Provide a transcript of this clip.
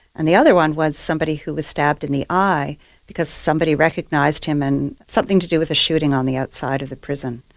and the other one was somebody who was stabbed in the eye because somebody recognised him, and something to do with a shooting on the outside of the prison.